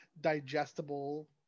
digestible